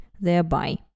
thereby